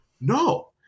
No